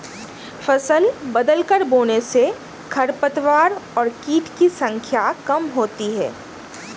फसल बदलकर बोने से खरपतवार और कीट की संख्या कम होती है